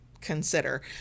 consider